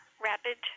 rapid